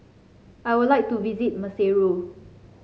I would like to visit Maseru